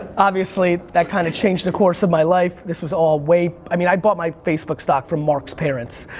obviously, that kind of changed the course of my life. this was all way, i mean, i bought my facebook stock from mark's parents,